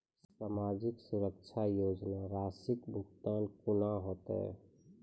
समाजिक सुरक्षा योजना राशिक भुगतान कूना हेतै?